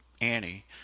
Annie